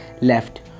left